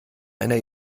einer